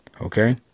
okay